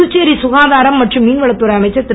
புதுச்சேரி சுகாதாரம் மற்றும் மீன்வளத்துறை அமைச்சர் திரு